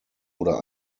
oder